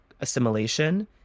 assimilation